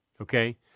okay